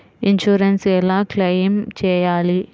Insurance ఎలా claim చేయాలి?